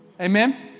Amen